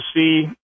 see